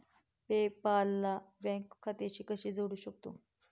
पे पाल ला बँक खात्याशी कसे जोडू शकतो?